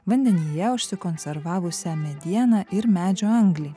vandenyje užsikonservavusią medieną ir medžio anglį